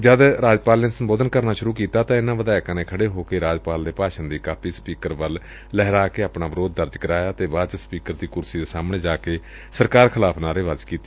ਜਦ ਰਾਜਪਾਲ ਨੇ ਸੰਬੋਧਨ ਕਰਨਾ ਸੂਰੁ ਕੀਤਾ ਤਾਂ ਇਨਾਂ ਵਿਧਾਇਕਾਂ ਨੇ ਖੜੇ ਹੋ ਕੇ ਰਾਜਪਾਲ ਦੇ ਭਾਸ਼ਨ ਦੀ ਕਾਪੀ ਸਪੀਕਰ ਵੱਲ ਲਹਿਰਾ ਕੇ ਆਪਣਾ ਵਿਰੋਧ ਦਰਜ ਕਰਾਇਆ ਅਤੇ ਬਾਅਦ ਚ ਸਪੀਕਰ ਦੀ ਕੁਰਸੀ ਦੇ ਸਾਹਮਣੇ ਜਾ ਕੇ ਸਰਕਾਰ ਖਿਲਾਫ਼ ਨਾਹਰੇਬਾਜ਼ੀ ਕੀਤੀ